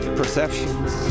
perceptions